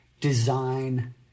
design